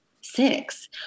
six